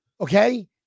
Okay